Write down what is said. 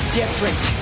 different